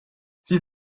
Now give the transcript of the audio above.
sie